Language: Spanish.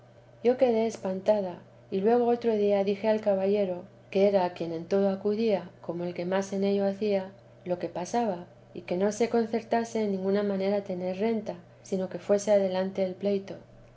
yo quedé espantada y luego otro día dije al caballero que era a quien en todo acudía como el que más en ello hacía lo que pasaba y que no se concertase en ninguna manera tener renta sino que fuese adelante el pleito